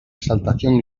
exaltación